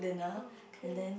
okay